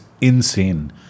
insane